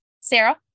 sarah